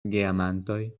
geamantoj